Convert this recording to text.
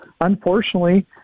unfortunately